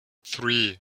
three